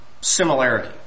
similarity